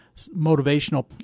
motivational